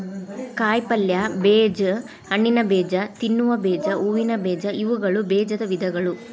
ಕಾಯಿಪಲ್ಯ ಬೇಜ, ಹಣ್ಣಿನಬೇಜ, ತಿನ್ನುವ ಬೇಜ, ಹೂವಿನ ಬೇಜ ಇವುಗಳು ಬೇಜದ ವಿಧಗಳು